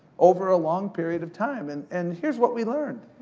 over a long period of time, and and here's what we learned.